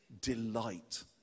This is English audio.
delight